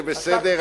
זה בסדר.